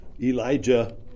Elijah